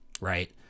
Right